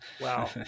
wow